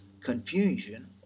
confusion